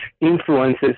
influences